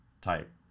type